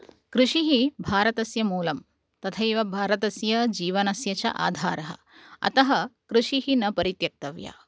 कृषिः भारतस्य मूलं तथैव भारतस्य जीवनस्य च आधारः अतः कृषिः न परित्यक्तव्या